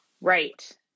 Right